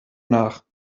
nach